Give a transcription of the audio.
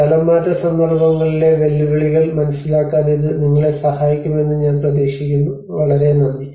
സ്ഥലംമാറ്റ സന്ദർഭങ്ങളിലെ വെല്ലുവിളികൾ മനസിലാക്കാൻ ഇത് നിങ്ങളെ സഹായിക്കുമെന്ന് ഞാൻ പ്രതീക്ഷിക്കുന്നു വളരെ നന്ദി